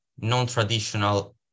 non-traditional